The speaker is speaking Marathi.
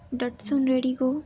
Datsun redi go